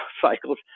cycles